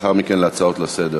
ולאחר מכן להצעות לסדר-היום.